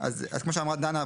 אז כמו שאמרה דנה,